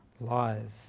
lies